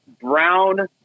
brown